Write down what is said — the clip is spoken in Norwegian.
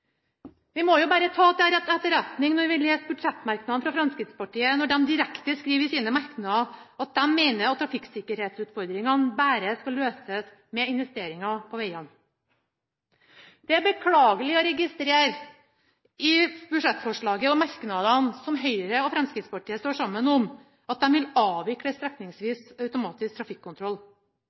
Vi må bare ta det til etterretning når vi i budsjettmerknadene fra Fremskrittspartiet leser at de mener at trafikksikkerhetsutfordringene bare skal løses med investeringer i veger. Det er beklagelig å registrere i budsjettforslaget og i merknadene som Høyre og Fremskrittspartiet står sammen om, at de vil avvikle strekningsvis automatisk